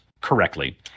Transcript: correctly